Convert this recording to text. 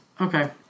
Okay